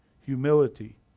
humility